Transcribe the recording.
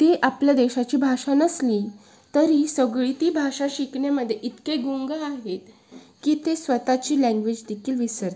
ती आपल्या देशाची भाषा नसली तरी सगळी ती भाषा शिकण्यामध्ये इतके गुंग आहेत की ते स्वतःची लँग्वेजदेखील विसरतात